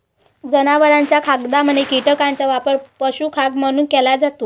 जनावरांच्या खाद्यामध्ये कीटकांचा वापर पशुखाद्य म्हणून केला जातो